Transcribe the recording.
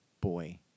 boy